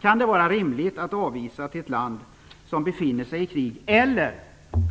Kan det vara rimligt att avvisa till ett land som befinner sig i krig, eller